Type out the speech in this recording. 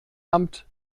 amt